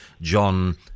John